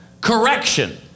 correction